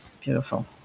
beautiful